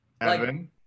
Evan